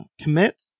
commit